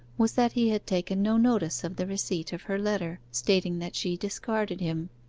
was that he had taken no notice of the receipt of her letter, stating that she discarded him.